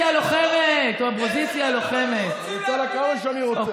אני אתן לה כמה שאני רוצה.